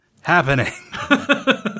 happening